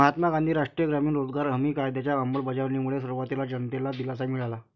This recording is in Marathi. महात्मा गांधी राष्ट्रीय ग्रामीण रोजगार हमी कायद्याच्या अंमलबजावणीमुळे सुरुवातीला जनतेला दिलासा मिळाला